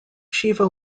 shiva